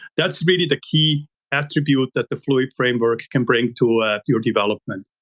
that's really the key attribute that the fluid framework can bring to your development.